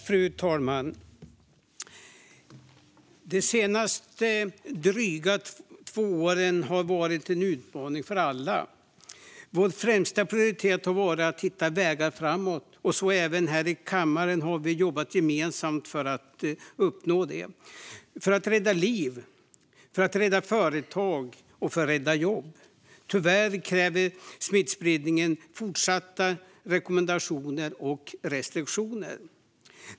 Fru talman! De senaste två åren, drygt, har varit en utmaning för alla. Vår främsta prioritet har varit att hitta vägar framåt. Även här i kammaren har vi jobbat gemensamt för att uppnå det - för att rädda liv, för att rädda företag och för att rädda jobb. Tyvärr kräver smittspridningen fortsatta rekommendationer och restriktioner.